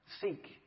Seek